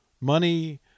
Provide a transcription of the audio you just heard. Money